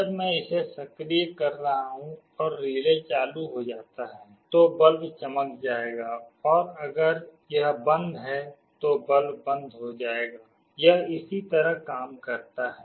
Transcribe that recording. जब मैं इसे सक्रिय कर रहा हूं और रिले चालू हो जाता है तो बल्ब चमक जाएगा और अगर यह बंद है तो बल्ब बंद हो जाएगा यह इसी तरह काम करता है